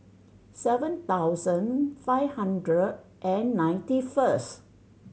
seven thousand five hundred and ninety first